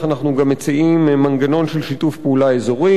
גם מציעים מנגנון של שיתוף פעולה אזורי,